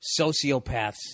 sociopaths